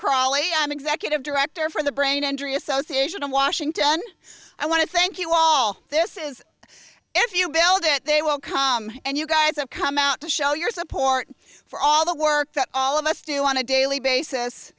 crawley an executive director for the brain injury association in washington i want to thank you all this is if you build it they will come and you guys have come out to show your support for all the work that all of us do on a daily basis